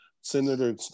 Senator